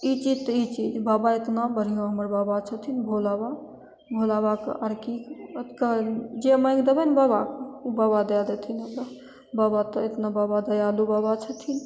ई चीज तऽ ई चीज बाबा एतना बढ़िआँ हमर बाबा छथिन भोला बाबा भोला बाबाके आओर कि कहै जे माँगि देबै ने बाबाके ओ बाबा दै देथिन हमरा बाबा एतना बाबा दयालु बाबा छथिन